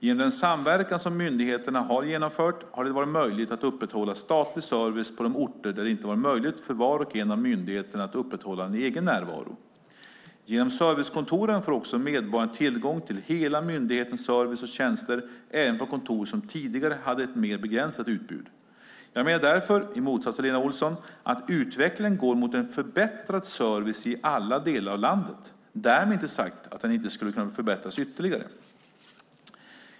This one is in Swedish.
Genom den samverkan som myndigheterna har genomfört har det varit möjligt att upprätthålla statlig service på orter där det inte varit möjligt för var och en av myndigheterna att upprätthålla en egen närvaro. Genom servicekontoren får också medborgarna tillgång till hela myndighetens service och tjänster även på kontor som tidigare hade ett mer begränsat utbud. Jag menar därför, i motsats till Lena Olsson, att utvecklingen går mot en förbättrad service i alla delar av landet. Därmed är det inte sagt att den inte skulle kunna förbättras ytterligare.